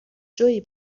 جویی